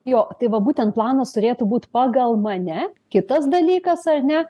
jo tai va būtent planas turėtų būt pagal mane kitas dalykas ar ne